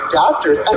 doctors